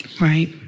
right